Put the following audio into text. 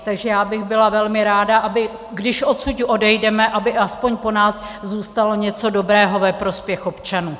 Takže já bych byla velmi ráda, když odsud odejdeme, aby aspoň po nás zůstalo něco dobrého ve prospěch občanů.